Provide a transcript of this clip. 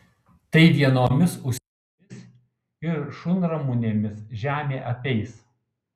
tai vienomis usnimis ir šunramunėmis žemė apeis